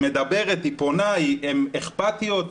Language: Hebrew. היא מדברת, היא פונה, הן אכפתיות.